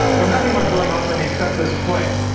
with nothing much going on for me except this play.